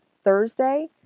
Thursday